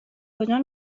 کجا